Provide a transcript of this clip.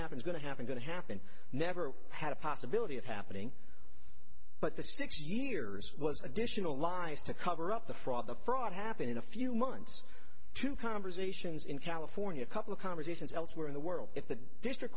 happen is going to happen going to happen never had a possibility of happening but the six years was an additional minus to cover up the fraud the fraud happened in a few months two conversations in california couple of conversations elsewhere in the world if the district